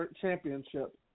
Championship